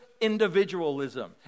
individualism